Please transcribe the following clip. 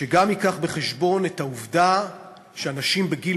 שגם ייקח בחשבון את העובדה שאנשים בגיל